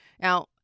Now